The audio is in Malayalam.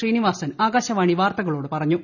ശ്രീനിവാസൻ ആകാശവാണി വാർത്തകളോട് പറഞ്ഞു